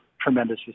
Tremendous